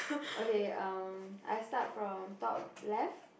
okay um I start from top left